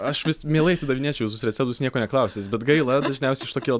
aš vis mielai atidavinėčiau visus receptus nieko neklausęs bet gaila dažniausiai iš to kyla